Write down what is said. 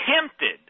tempted